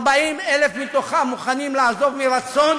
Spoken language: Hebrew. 40,000 מתוכם מוכנים לעזוב מרצון